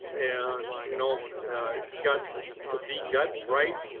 and you know if you got the bee gut right,